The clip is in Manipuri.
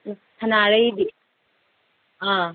ꯁꯅꯥꯔꯩꯗꯤ ꯑꯥ